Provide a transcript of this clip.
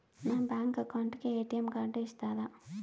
నా bank account కు ATM card ఇస్తారా